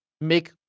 make